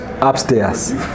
upstairs